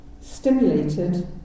stimulated